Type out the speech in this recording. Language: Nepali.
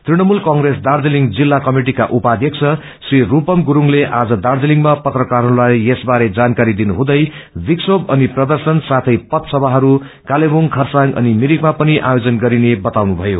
तृणमूल कंग्रेस दार्जीलिङ जिल्ला कमिटिका उपाध्यबं श्री स्पम गुरूङले आज दार्जीलिङमा पत्रकारहरूलाई यसको जानकारी दिनुहुँदै विक्षोप अनि प्रर्दशन साथै पथ सभाइरू कालेवुङ खरसाङ अनि भिरिकमा पनि आयोजन गरिने बताउनु भयो